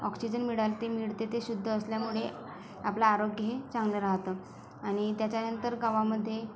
oxygen मिळाले ते मिळते ते शुद्ध असल्यामुळे आपलं आरोग्यही चांगलं राहतं आणि त्याच्यानंतर गावामध्ये